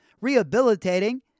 rehabilitating